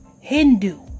Hindu